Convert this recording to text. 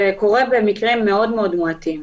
זה מקרים מאוד מועטים,